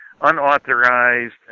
unauthorized